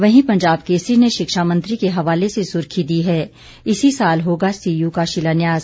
वहीं पंजाब केसरी ने शिक्षा मंत्री के हवाले से सुर्खी दी है इसी साल होगा सीयू का शिलान्यास